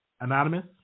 Anonymous